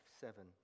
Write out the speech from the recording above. seven